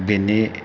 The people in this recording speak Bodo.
बेनि